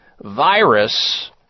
virus